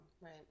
Right